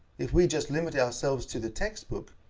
if we just limit ourselves to the textbook,